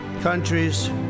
countries